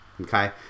Okay